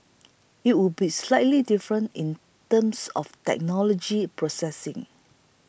it would be slightly different in terms of technology processing